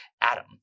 Adam